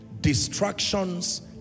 Distractions